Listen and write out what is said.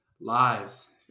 lives